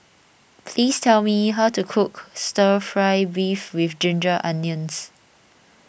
please tell me how to cook Stir Fry Beef with Ginger Onions